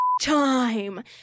time